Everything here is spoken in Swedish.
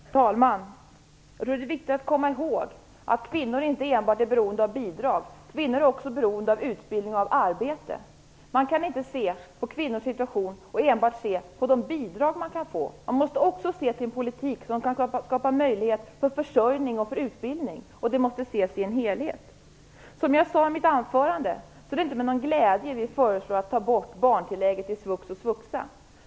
Herr talman! Jag tror att det är viktigt att komma ihåg att kvinnor inte enbart är beroende av bidrag - kvinnor är också beroende av utbildning och av arbete. Man kan inte enbart se på de bidrag kvinnorna kan få - man måste också se på om det förs en politik som kan skapa möjlighet för utbildning och försörjning, och det måste bedömas som en helhet. Som jag sade i mitt anförande är det inte med någon glädje vi föreslår att man skall ta bort barntillägget i svux och svuxa.